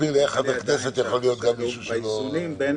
תסביר לי איך חבר כנסת יכול להיות גם מישהו שלא --- באיזונים בין